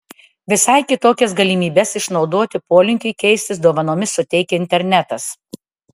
visai kitokias galimybes išnaudoti polinkiui keistis dovanomis suteikia internetas